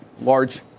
large